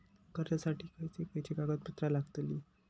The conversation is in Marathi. कर्जासाठी खयचे खयचे कागदपत्रा लागतली?